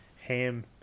Ham